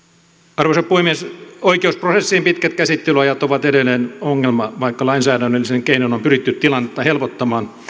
arvoisa puhemies oikeusprosessien pitkät käsittelyajat ovat edelleen ongelma vaikka lainsäädännöllisin keinoin on pyritty tilannetta helpottamaan